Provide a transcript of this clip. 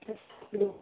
सात लोग